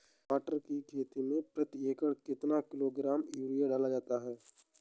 टमाटर की खेती में प्रति एकड़ कितनी किलो ग्राम यूरिया डाला जा सकता है?